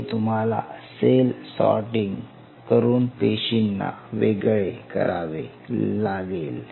पुढे तुम्हाला cell sorting करून पेशींना वेगळे करावे लागेल